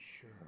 sure